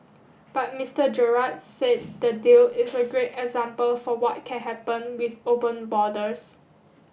but Mister Gerard said the deal is a great example for what can happen with open borders